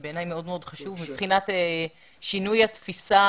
שבעיניי מאוד מאוד חשוב מבחינת שינוי התפיסה.